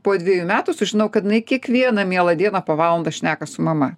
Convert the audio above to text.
po dviejų metų sužinau kad jinai kiekvieną mielą dieną po valandą šneka su mama